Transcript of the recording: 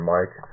Mike